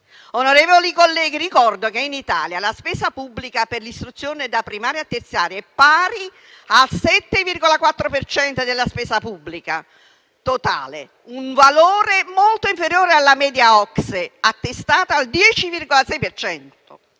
Onorevoli colleghi, ricordo che in Italia la spesa pubblica per l'istruzione da primaria a terziaria è pari al 70,4 per cento della spesa pubblica totale: un valore molto inferiore alla media OCSE, attestata al 10,6